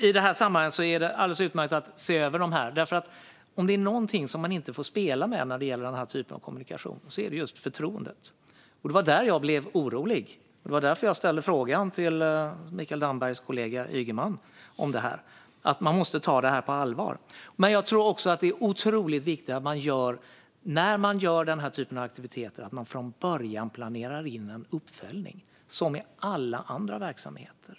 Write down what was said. I det här sammanhanget är det alldeles utmärkt att se över detta, för om det är någonting som man inte får spela med när det gäller denna typ av kommunikation är det just förtroendet. Det var detta som gjorde att jag blev orolig, och det var därför jag ställde frågan till Mikael Dambergs kollega Ygeman om det här. Man måste ta detta på allvar. Jag tror också att det är otroligt viktigt att man från början planerar in en uppföljning när man ägnar sig åt denna typ av aktiviteter, som med alla andra verksamheter.